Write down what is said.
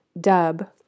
Dub